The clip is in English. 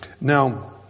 Now